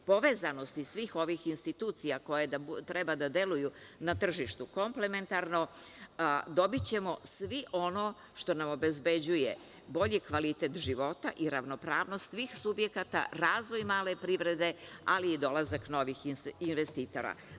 Povezanosti svih ovih institucija koje treba da deluju na tržištu komplementarno, dobićemo sve ono što nam obezbeđuje bolji kvalitet života i ravnopravnost svih subjekata, razvoj male privrede, ali i dolazak novih investitora.